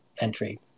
entry